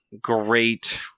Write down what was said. great